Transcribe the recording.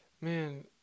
man